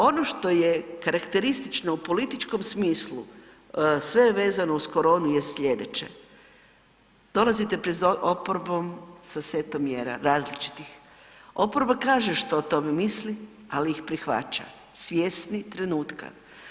Ono što je karakteristično u političkom smislu, sve je vezano uz koronu je sljedeće, dolazite pred oporbom sa setom mjera različitih, oporba kaže što o tom misli, ali ih prihvaća, svjesni trenutka.